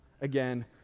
again